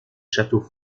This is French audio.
châteaux